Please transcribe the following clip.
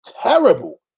Terrible